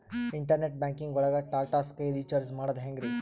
Internet banking ಒಳಗ್ Tata sky recharge ಮಾಡದ್ ಹೆಂಗ್ರೀ?